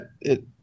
It